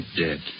dead